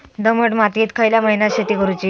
दमट मातयेत खयल्या महिन्यात शेती करुची?